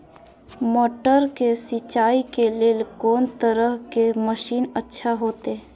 मटर के सिंचाई के लेल कोन तरह के मशीन अच्छा होते?